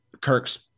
Kirk's